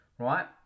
Right